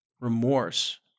remorse